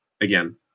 Again